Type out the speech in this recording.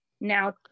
now